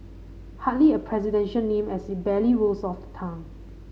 hardly a presidential name as it barely rolls off the tongue